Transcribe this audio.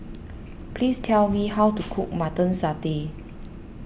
please tell me how to cook Mutton Satay